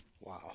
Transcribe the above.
Wow